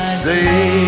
say